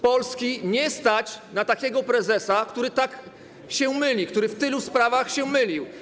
Polski nie stać na takiego prezesa, który tak się myli, który w tylu sprawach się mylił.